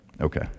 Okay